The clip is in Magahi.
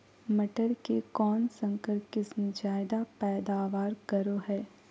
मटर के कौन संकर किस्म जायदा पैदावार करो है?